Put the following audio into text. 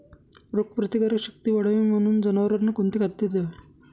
रोगप्रतिकारक शक्ती वाढावी म्हणून जनावरांना कोणते खाद्य द्यावे?